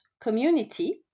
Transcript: community